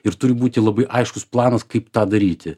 ir turi būti labai aiškus planas kaip tą daryti